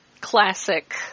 classic